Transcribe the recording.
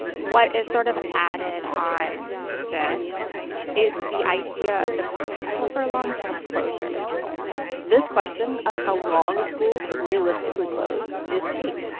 what is sort of added on to this is the idea of the potential for long term closures this question of how long a school could realistically close is key.